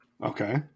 Okay